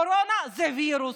קורונה זה וירוס,